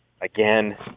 again